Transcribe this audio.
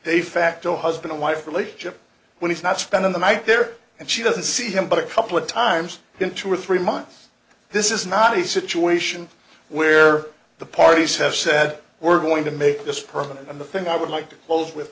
they fact a husband wife relationship when he's not spending the night there and she doesn't see him but a couple of times in two or three months this is not a situation where the parties have said we're going to make this permanent and the thing i would like to close with